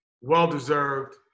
well-deserved